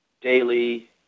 Daily